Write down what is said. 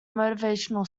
motivational